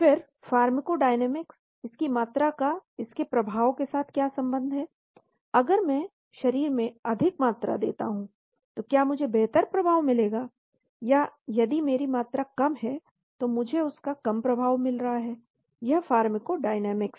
फिर फार्माकोडायनामिक्स इसकी मात्रा का इसके प्रभाव के साथ क्या संबंध है अगर मैं शरीर में अधिक मात्रा देता हूं तो क्या मुझे बेहतर प्रभाव मिलेगा या यदि मेरी मात्रा कम है और मुझे उसका कम प्रभाव मिल रहा है यह फार्माकोडायनामिक्स है